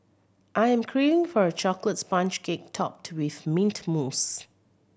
I am craving for a chocolate sponge cake topped with mint mousse